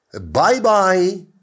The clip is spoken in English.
Bye-bye